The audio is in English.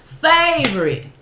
favorite